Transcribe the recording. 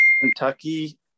Kentucky